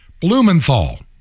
Blumenthal